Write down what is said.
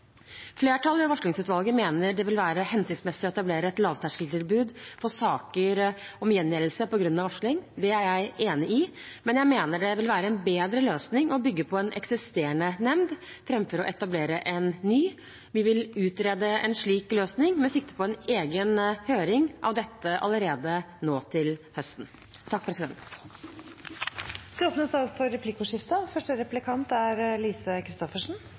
Flertallet i varslingsutvalget mener det vil være hensiktsmessig å etablere et lavterskeltilbud for saker om gjengjeldelse på grunn av varsling. Det er jeg enig i, men jeg mener det vil være en bedre løsning å bygge på en eksisterende nemnd framfor å etablere en ny. Vi vil utrede en slik løsning med sikte på en egen høring av dette allerede nå til høsten. Det blir replikkordskifte. Takk for svaret. Jeg har et spørsmål om organisasjonsgrad i arbeidslivet. Er